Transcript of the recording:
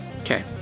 Okay